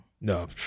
No